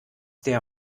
der